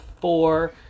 four